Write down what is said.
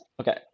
okay